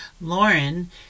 Lauren